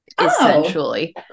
essentially